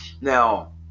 now